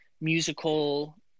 musical